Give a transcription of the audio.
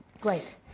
Great